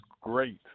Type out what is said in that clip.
great